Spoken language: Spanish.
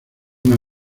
una